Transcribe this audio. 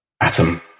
atom